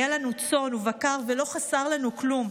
היו לנו צאן ובקר ולא חסר לנו כלום.